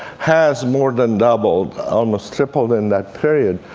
has more than doubled, almost tripled, in that period.